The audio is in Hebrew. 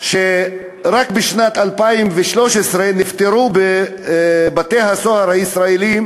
רק בשנת 2013 נפטרו בבתי-הסוהר הישראליים